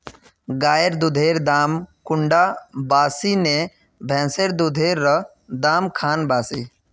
गायेर दुधेर दाम कुंडा बासी ने भैंसेर दुधेर र दाम खान बासी?